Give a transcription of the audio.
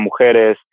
Mujeres